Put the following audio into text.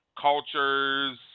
cultures